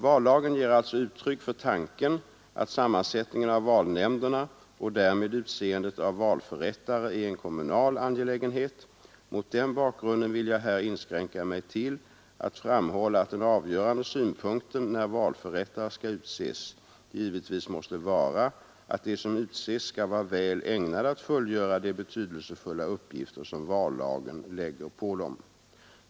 Vallagen ger alltså uttryck för tanken att sammansättningen av valnämnderna och därmed utseendet av valförrättare är en kommunal angelägenhet. Mot den bakgrunden vill jag här inskränka mig till att framhålla att den avgörande synpunkten när valförrättare skall utses givetvis måste vara att de som utses skall vara väl ägnade att fullgöra de betydelsefulla uppgifter som vallagen lägger på dem.